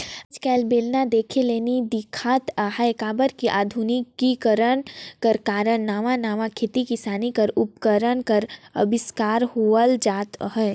आएज काएल बेलना देखे ले नी दिखत अहे काबर कि अधुनिकीकरन कर कारन नावा नावा खेती किसानी कर उपकरन कर अबिस्कार होवत जात अहे